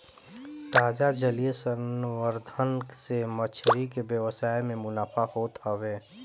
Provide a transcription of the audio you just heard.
ताजा जलीय संवर्धन से मछरी के व्यवसाय में मुनाफा होत हवे